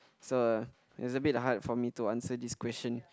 so it's a bit hard for me to answer this question